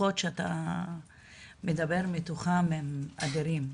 הכוחות שאתה מדבר מתוכם הם אדירים,